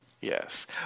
Yes